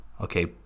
okay